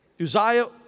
Uzziah